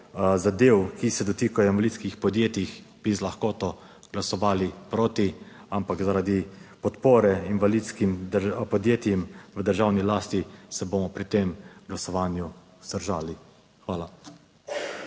zadev, ki se dotikajo invalidskih podjetij, bi z lahkoto glasovali proti, ampak zaradi podpore invalidskim podjetjem v državni lasti se bomo pri tem glasovanju vzdržali. Hvala.